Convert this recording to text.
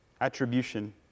attribution